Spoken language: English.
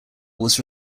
was